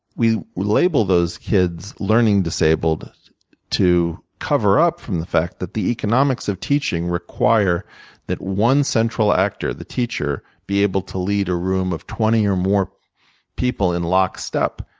we label those kids learning disabled to cover up from the fact tat the economics of teaching require that one central actor, the teacher, be able to lead a room of twenty or more people in lockstep.